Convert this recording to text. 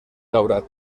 daurat